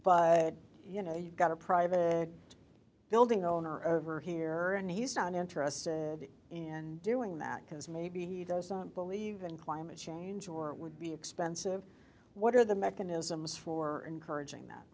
but you know you've got a private a building owner over here and he's not interested in doing that because maybe he doesn't believe in climate change or would be expensive what are the mechanisms for encouraging that